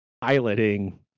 piloting